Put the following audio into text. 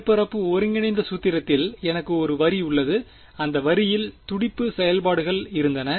மேற்பரப்பு ஒருங்கிணைந்த சூத்திரத்தில் எனக்கு ஒரு வரி இருந்தது அந்த வரியில் துடிப்பு செயல்பாடுகள் இருந்தன